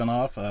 off